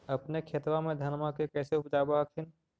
अपने खेतबा मे धन्मा के कैसे उपजाब हखिन?